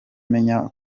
menya